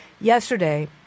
Yesterday